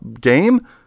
game